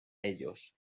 ellos